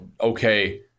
okay